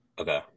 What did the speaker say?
okay